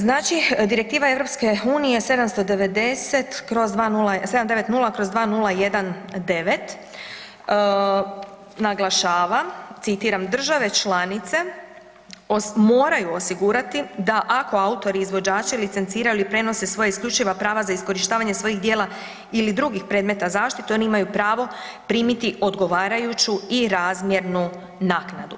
Znači, direktiva EU 790/2019, naglašavam, citiram, države članice moraju osigurati da, ako autor izvođač licenciraju ili prenose svoja isključiva prava za iskorištavanje svojih djela ili drugih predmeta zaštite, oni imaju pravo primiti odgovarajuću i razmjernu naknadu.